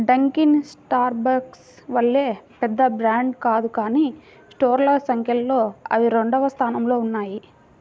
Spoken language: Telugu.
డంకిన్ స్టార్బక్స్ వలె పెద్ద బ్రాండ్ కాదు కానీ స్టోర్ల సంఖ్యలో అవి రెండవ స్థానంలో ఉన్నాయి